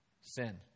sin